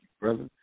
brother